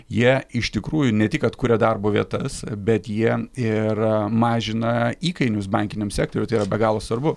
jie iš tikrųjų ne tik kad kuria darbo vietas bet jie ir mažina įkainius bankiniam sektoriui tai yra be galo svarbu